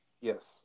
Yes